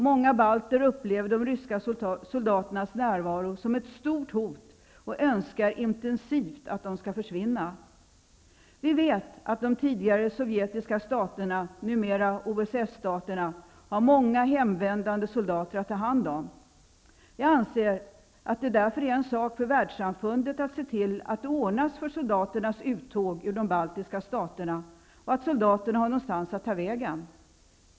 Många balter upplever de ryska soldaternas närvaro som ett stort hot och önskar intensivt att de skall försvinna. Vi vet att de tidigare sovjetiska staterna, numera OSS-staterna, har många hemvändande soldater att ta hand om. Jag anser att det därför är en sak för världssamfundet att se till att det ordnas för soldaternas uttåg ur de baltiska staterna och att soldaterna har någonstans att ta vägen.